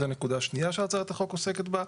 זאת נקודה שנייה שהצעת החוק עוסקת בה.